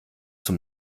zum